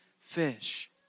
fish